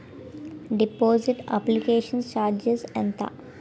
Deposit application charges ఎంత?